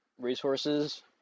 resources